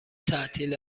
تعطیل